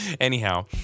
Anyhow